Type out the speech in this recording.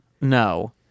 No